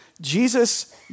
Jesus